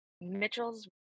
Mitchell's